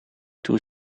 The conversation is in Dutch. toen